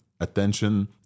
attention